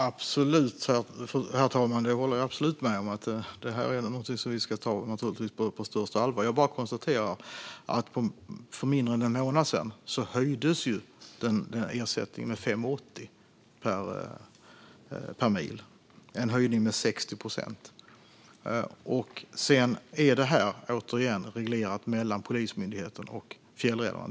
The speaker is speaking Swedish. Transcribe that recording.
Herr talman! Jag håller absolut med om att detta är något som vi ska ta på största allvar. Jag bara konstaterar att för mindre än en månad sedan höjdes ersättningen med 5,80 per mil. Det är en höjning med 60 procent. Återigen. Detta regleras mellan Polismyndigheten och fjällräddarna.